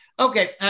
Okay